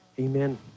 Amen